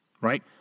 Right